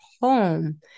home